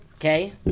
Okay